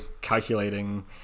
calculating